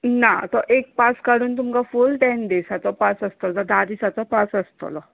ना तो एक पास काडून तुमकां फूल टॅन डेजाचो पास आसतलो तो धा दिसाचो पास आसतलो